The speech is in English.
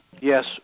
Yes